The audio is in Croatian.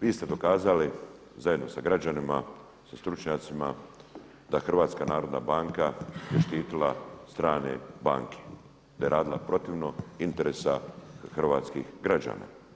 vi ste dokazali zajedno sa građanima, sa stručnjacima da HNB je štitila strane banke, da je radila protivno interesiram hrvatskih građana.